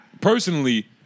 personally